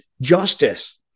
justice